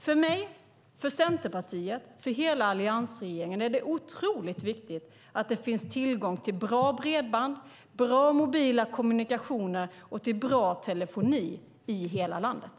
För mig, för Centerpartiet och för hela alliansregeringen är det otroligt viktigt att det finns tillgång till bra bredband, till bra mobila kommunikationer och till bra telefoni i hela landet.